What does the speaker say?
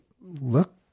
look